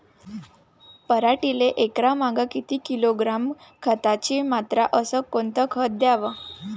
पराटीले एकरामागं किती किलोग्रॅम खताची मात्रा अस कोतं खात द्याव?